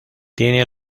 tiene